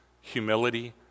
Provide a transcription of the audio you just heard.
humility